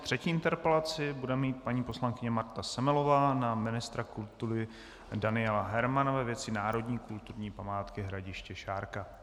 Třetí interpelaci bude mít paní poslankyně Marta Semelová na ministra kultury Daniela Hermana ve věci národní kulturní památky Hradiště Šárka.